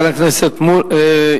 תודה.